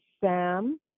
Sam